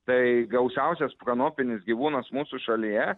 tai gausiausias kanopinis gyvūnas mūsų šalyje